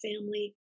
family